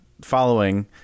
following